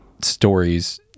stories